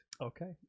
Okay